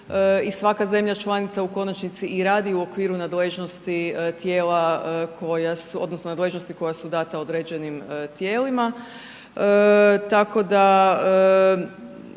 svaka zemlja članica u konačnici i radi u okviru nadležnosti tijela